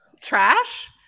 trash